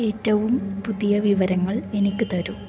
ഏറ്റവും പുതിയ വിവരങ്ങൾ എനിക്ക് തരുക